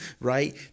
right